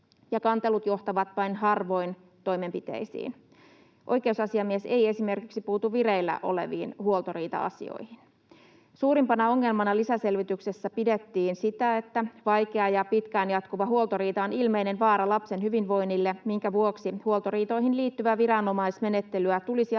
kantelut johtavat vain harvoin toimenpiteisiin. Oikeusasiamies ei esimerkiksi puutu vireillä oleviin huoltoriita-asioihin. Suurimpana ongelmana lisäselvityksessä pidettiin sitä, että vaikea ja pitkään jatkuva huoltoriita on ilmeinen vaara lapsen hyvinvoinnille, minkä vuoksi huoltoriitoihin liittyvää viranomaismenettelyä tulisi arvioida